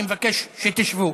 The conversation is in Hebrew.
אני מבקש שתשבו.